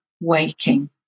waking